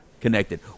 connected